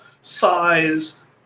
size